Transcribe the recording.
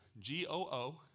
G-O-O